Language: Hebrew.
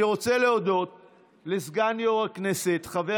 אני רוצה להודות לסגן יושב-ראש הכנסת חבר